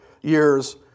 years